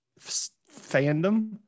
fandom